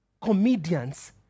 comedians